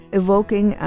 evoking